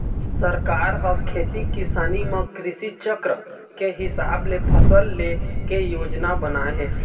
सरकार ह खेती किसानी म कृषि चक्र के हिसाब ले फसल ले के योजना बनाए हे